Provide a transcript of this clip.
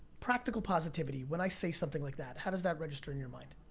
practical positivity. when i say something like that, how does that register in your mind?